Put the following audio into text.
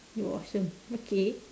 it was awesome okay